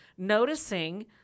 noticing